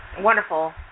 wonderful